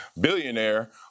billionaire